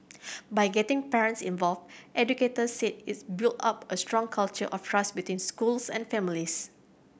by getting parents involved educators said it build up a strong culture of trust between schools and families